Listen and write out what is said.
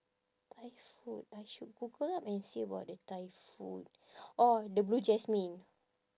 thai food I should google up and see about the thai food orh the Blue Jasmine